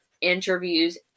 interviews